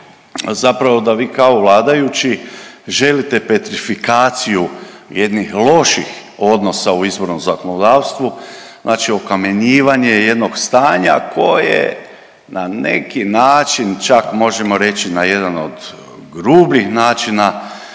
zapravo da vi kao vladajući želite petrifikaciju jednih loših odnosa u izbornom zakonodavstvu, znači okamenjivanje jednog stanja koje na neki način čak možemo reći na jedan od grubljih načina